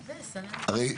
הרי,